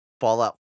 Fallout